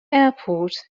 airport